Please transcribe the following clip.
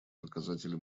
показатели